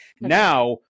Now